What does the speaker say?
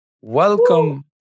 Welcome